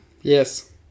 Yes